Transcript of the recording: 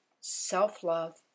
self-love